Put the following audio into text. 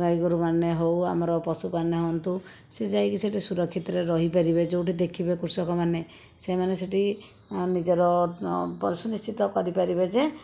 ଗାଈ ଗୋରୁମାନେ ହେଉ ଆମର ପଶୁମାନେ ହଅନ୍ତୁ ସିଏ ଯାଇକି ସେଠି ସୁରକ୍ଷିତରେ ରହିପାରିବେ ଯେଉଁଠି ଦେଖିବେ କୃଷକମାନେ ସେମାନେ ସେଠି ନିଜର ସୁନିଶ୍ଚିତ କରିପାରିବେ ଯେ